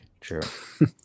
True